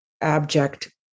abject